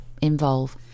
involve